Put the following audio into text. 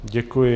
Děkuji.